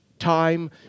time